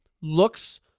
looks